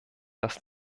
dass